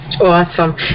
Awesome